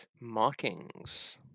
Markings